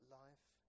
life